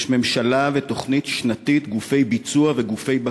יש ממשלה ותוכנית שנתית, גופי ביצוע וגופי בקרה.